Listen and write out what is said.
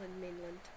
mainland